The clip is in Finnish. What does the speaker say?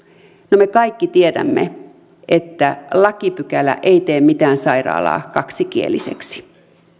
no me kaikki tiedämme että lakipykälä ei tee mitään sairaalaa kaksikieliseksi